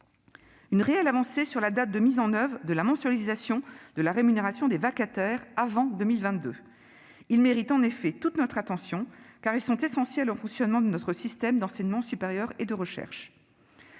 d'une réelle avancée sur la date de mise en oeuvre de la mensualisation de la rémunération des vacataires, avant 2022. Ces derniers méritent, en effet, toute notre attention, car ils sont essentiels au fonctionnement de notre système d'enseignement supérieur et de recherche.